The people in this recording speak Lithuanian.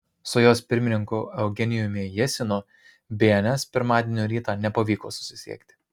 su jos pirmininku eugenijumi jesinu bns pirmadienio rytą nepavyko susisiekti